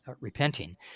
repenting